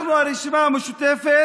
אנחנו, הרשימה המשותפת,